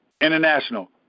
International